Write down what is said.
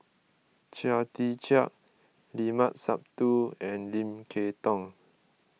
Chia Tee Chiak Limat Sabtu and Lim Kay Tong